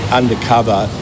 undercover